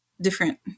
different